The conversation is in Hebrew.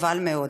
חבל מאוד.